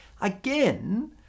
Again